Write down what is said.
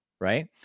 Right